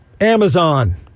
Amazon